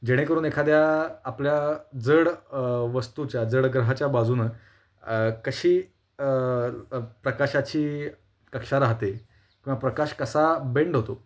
जेणेकरून एखाद्या आपल्या जड वस्तूच्या जड ग्रहाच्या बाजूनं कशी प्रकाशाची कक्षा राहते किंवा प्रकाश कसा बेंड होतो